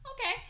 okay